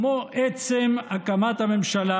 כמו עצם הקמת הממשלה,